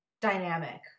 dynamic